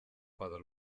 cuando